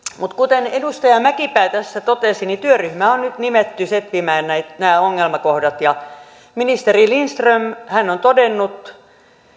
mutta kuten edustaja mäkipää tässä totesi työryhmä on nyt nimetty setvimään nämä ongelmakohdat ja ministeri lindström on todennut